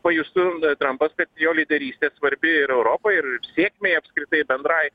pajustų na trampas kad jo lyderystė svarbi ir europai ir sėkmei apskritai bendrai